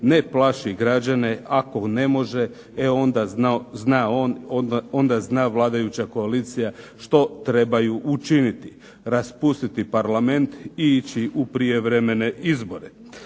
ne plaši građane. Ako ne može, e onda zna on, onda zna vladajuća koalicija što trebaju učiniti. Raspustiti Parlament i ići u prijevremene izbore.